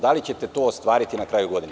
Da li ćete to ostvariti na kraju godine?